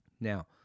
Now